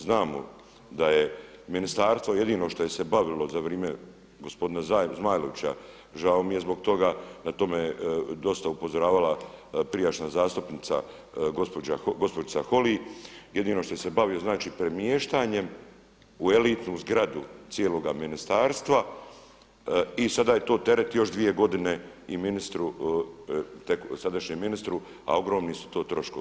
Znamo da je ministarstvo jedino što je se bavilo za vrijeme gospodina Zmajlovića žao mi je zbog toga, na to me dosta upozoravala prijašnja zastupnica gospođica Holy, jedino što se bavio premještanjem u elitnu zgradu cijeloga ministarstva i sada je to teret još dvije godine i ministru sadašnjem, a ogromni su to troškovi.